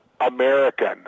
American